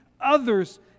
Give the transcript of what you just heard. others